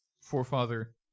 Forefather